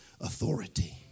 authority